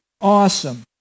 awesome